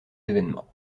événements